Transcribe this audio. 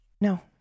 no